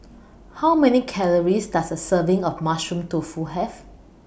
How Many Calories Does A Serving of Mushroom Tofu Have